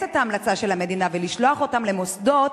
את ההמלצה של המדינה ולשלוח אותם למוסדות,